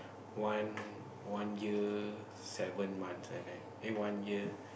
one one year seven months like that eh one year